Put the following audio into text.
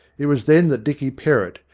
it was then that dicky perrott,